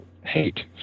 hate